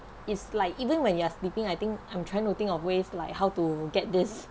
it's like even when you are sleeping I think I'm trying to think of ways like how to get this